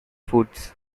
foods